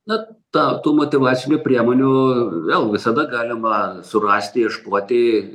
na ta tų motyvacinių priemonių vėl visada galima surasti ieškoti